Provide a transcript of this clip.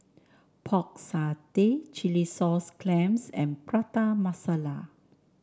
Pork Satay Chilli Sauce Clams and Prata Masala